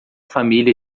família